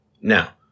now